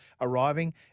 arriving